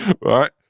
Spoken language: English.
Right